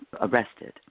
arrested